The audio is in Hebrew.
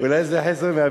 אולי זה חלק,